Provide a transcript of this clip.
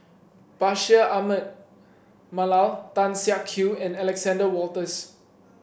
Bashir Ahmad Mallal Tan Siak Kew and Alexander Wolters